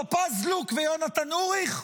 טופז לוק ויונתן אוריך?